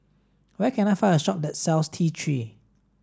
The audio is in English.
where can I find a shop that sells T three